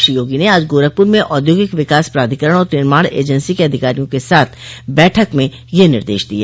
श्री योगी ने आज गोरखपुर में औद्योगिक विकास प्राधिकरण और निर्माण एजेन्सी के अधिकारियों के साथ बैठक में यह निदंश दिये